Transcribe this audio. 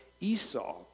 Esau